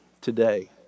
today